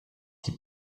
die